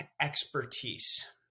expertise